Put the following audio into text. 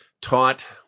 Taught